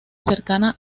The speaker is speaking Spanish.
cercana